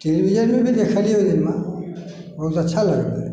टेलीविजनमे भी देखलिए ओहिदिनमे बहुत अच्छा लगलै